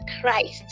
Christ